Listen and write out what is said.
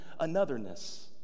anotherness